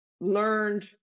learned